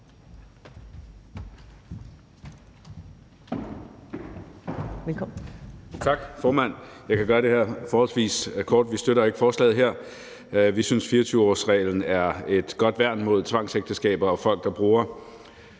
Tak, formand. Jeg kan gøre det her forholdsvis kort. Vi støtter ikke forslaget her. Vi synes, at 24-årsreglen er et godt værn mod tvangsægteskaber og folk, der bruger